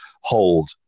hold